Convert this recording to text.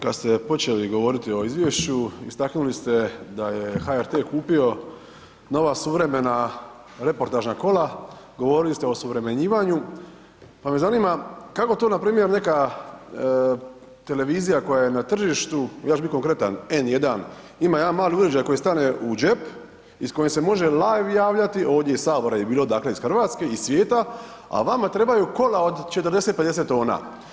Kada ste počeli govoriti o izvješću istaknuli ste da je HRT kupio nova suvremena reportažna kola, govorili ste o osuvremenjivanju pa me zanima kako to npr. neka televizija koja je na tržištu, ja ću biti konkretan N1, ima jedan mali uređaj koji stane u džep i s kojim se može live javljati ovdje iz Sabora je bilo, dakle iz Hrvatske iz svijeta, a vama trebaju kola od 40, 50 tona.